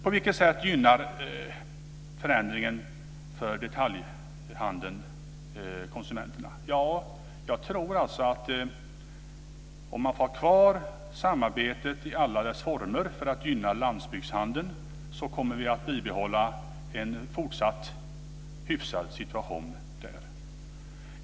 På vilket sätt gynnar förändringen för detaljhandeln konsumenterna? Jag tror att om man får ha kvar samarbetet i alla dess former för att gynna landsbygdshandeln, kommer vi att bibehålla en fortsatt hyfsad situation där.